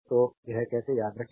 तो यह कैसे याद रखें